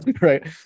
right